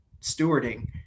stewarding